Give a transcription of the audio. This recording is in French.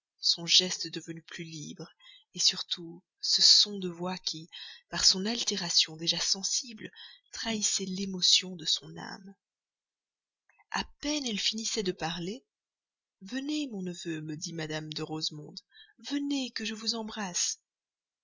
son geste devenu plus libre surtout ce son de voix qui par son altération déjà sensible trahissait l'émotion de son cœur a peine elle finissait de parler venez mon neveu me dit mme de rosemonde venez que je vous embrasse